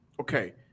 okay